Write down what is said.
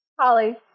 Holly